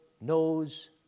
knows